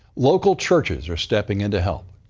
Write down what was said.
local churches are stepping in to help.